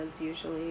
usually